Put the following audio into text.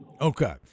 Okay